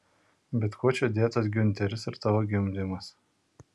bet kuo čia dėtas giunteris ir tavo gimdymas